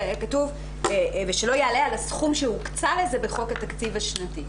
אלא יהיה כתוב: ושלא יעלה על הסכום שהוקצה לזה בחוק התקציב השנתי.